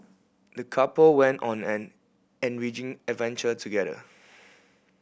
the couple went on an enriching adventure together